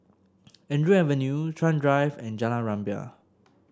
Andrew Avenue Chuan Drive and Jalan Rumbia